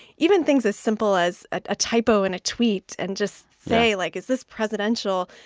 even things as simple as a typo in a tweet and just say, like, is this presidential?